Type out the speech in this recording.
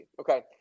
Okay